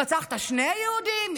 רצחת שני יהודים,